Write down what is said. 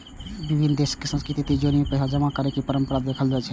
विभिन्न देशक संस्कृति मे तिजौरी मे पैसा जमा करै के परंपरा देखल जाइ छै